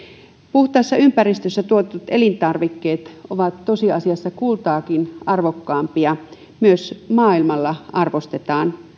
puhtaassa ympäristössä tuotetut elintarvikkeet ovat tosiasiassa kultaakin arvokkaampia ja myös maailmalla arvostetaan